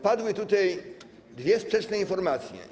Padły tutaj dwie sprzeczne informacje.